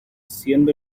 siendo